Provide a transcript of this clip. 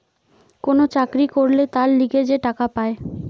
কোন চাকরি করলে তার লিগে যে টাকা পায়